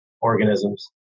organisms